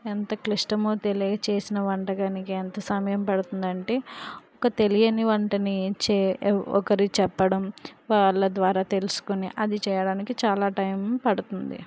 ఎంత క్లిష్టమో తెలియచేసిన వంటకానికి ఎంత సమయం పడుతుందంటే ఒక తెలియని వంటని ఏం చే వ ఒకరు చెప్పడం వాళ్ళ ద్వారా తెలుసుకొని అది చేయడానికి చాలా టైమ్ పడుతుంది